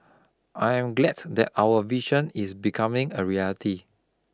I am glad that our vision is becoming a reality